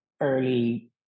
early